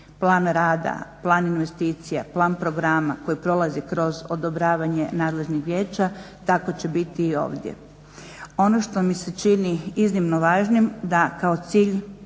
plan rada, plan investicija, plan programa koji prolazi kroz odobravanje nadležnih vijeća, tako će biti i ovdje. Ono što mi se čini iznimno važnim da kao cilj,